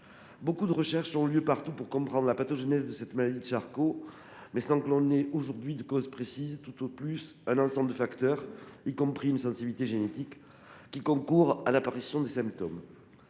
Beaucoup de recherches ont lieu partout pour comprendre la pathogenèse de cette maladie de Charcot, sans que l'on ait aujourd'hui de cause précise, tout au plus un ensemble de facteurs, y compris une sensibilité génétique, qui concourent à l'apparition des symptômes.